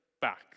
back